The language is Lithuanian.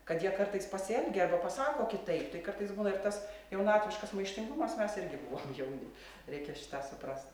kad jie kartais pasielgia arba pasako kitaip tai kartais būna ir tas jaunatviškas maištingumas mes irgi reikia buvom jauni reikia šitą suprast